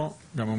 אגב,